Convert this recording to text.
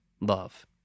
love